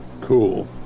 Cool